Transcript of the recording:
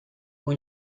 اون